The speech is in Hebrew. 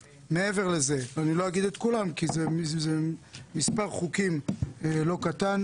אני לא אגיד את כולם כי אלה מספר חוקים לא קטן.